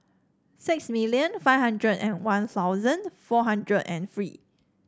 six million five hundred and One Thousand four hundred and three